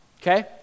okay